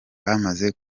bamaze